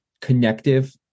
connective